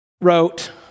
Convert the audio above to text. wrote